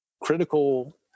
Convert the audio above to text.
critical